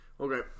Okay